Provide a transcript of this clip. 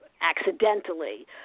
accidentally